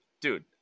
dude